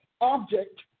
object